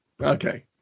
okay